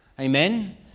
Amen